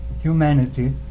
humanity